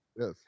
Yes